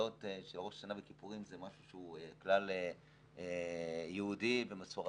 התפילות של ראש השנה ויום הכיפורים זה משהו שהוא כלל יהודי ומסורתי.